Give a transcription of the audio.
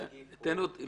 בכבוד.